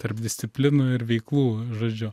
tarp disciplinų ir veiklų žodžiu